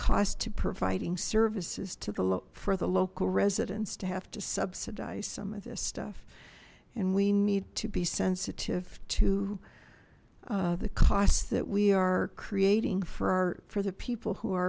cost to providing services to the look for the local residents to have to subsidize some of this stuff and we need to be sensitive to the cost that we are creating for our for the people who alre